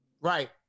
Right